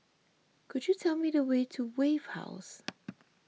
could you tell me the way to Wave House